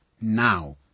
now